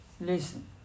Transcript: Listen